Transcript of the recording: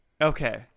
Okay